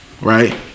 right